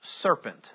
serpent